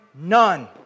none